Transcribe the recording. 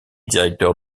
directeur